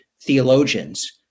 theologians